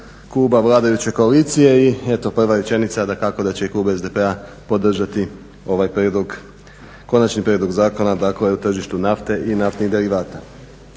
kluba vladajuće koalicije. I eto prva rečenica dakako da će i Klub SDP-a podržati ovaj prijedlog, Konačni prijedlog zakona dakle o tržištu nafte i naftnih derivata.